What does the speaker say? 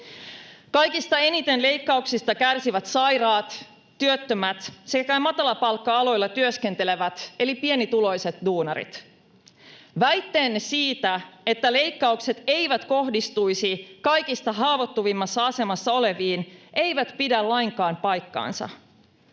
Kaikista eniten leikkauksista kärsivät sairaat, työttömät sekä matalapalkka-aloilla työskentelevät eli pienituloiset duunarit. Väitteenne siitä, että leikkaukset eivät kohdistuisi kaikista haavoittuvimmassa asemassa oleviin, eivät pidä lainkaan paikkaansa.